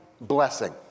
blessing